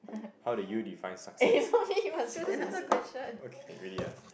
how do you define success it says okay really ah